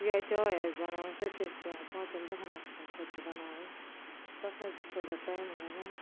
یا چاے آسہِ بناوٕنۍ سۄ تہِ چھِ اسہِ پیٚوان پانٛژن دہن نفرن خٲطرٕ بناوٕنۍ تتھ منز تہِ چھُ تھوڑا ٹایمٕے لگان